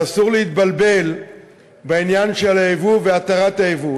שאסור להתבלבל בעניין של היבוא והתרת היבוא.